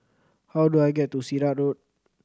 how do I get to Sirat Road